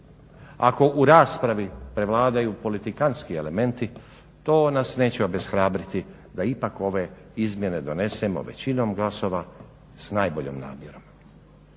ako u raspravi prevladaju politikantski elementi to nas neće obeshrabriti da ipak ove izmjene donesemo većinom glasova s najboljom namjerom.